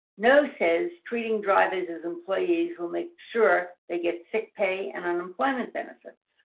no says treating drivers as employees will make sure they get sick pay, and unemployment benefits.